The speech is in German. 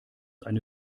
eine